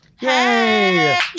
Yay